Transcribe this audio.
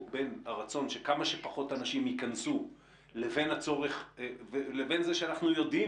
בין הרצון שכמה שפחות אנשים ייכנסו לבין זה שאנחנו יודעים,